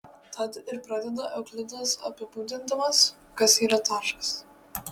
tad ir pradeda euklidas apibūdindamas kas yra taškas